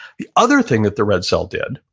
the other thing that the red cell did,